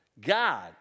God